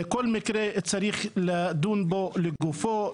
כל מקרה צריך לדון בו לגופו.